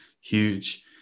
huge